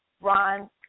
Ron